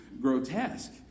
grotesque